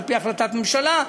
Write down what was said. על-פי החלטת הממשלה,